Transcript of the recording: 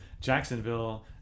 Jacksonville